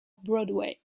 broadway